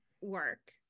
work